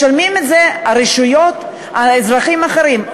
משלמים את זה הרשויות, האזרחים האחרים.